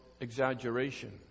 exaggeration